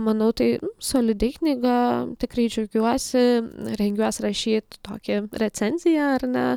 manau tai solidi knyga tikrai džiaugiuosi rengiuos rašyt tokį recenziją ar ne